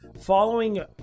following